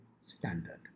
standard